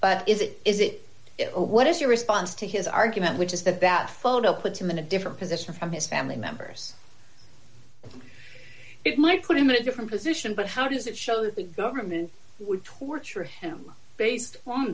but if it is it what is your response to his argument which is that that photo puts him in a different position from his family members it might put him in a different position but how does it show that the government would torture him based on